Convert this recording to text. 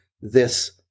this-